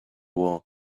war